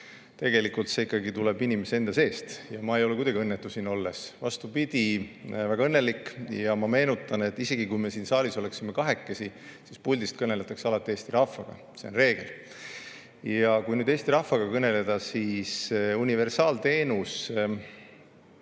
Tegelikult tuleb see ikkagi inimese enda seest. Ma ei ole kuidagi õnnetu siin olles. Vastupidi, olen väga õnnelik ja ma meenutan, et isegi kui siin saalis olla kahekesi, siis puldist kõneldakse alati Eesti rahvaga. See on reegel. Kui nüüd Eesti rahvaga kõneleda, siis universaalteenus